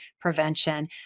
prevention